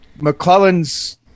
McClellan's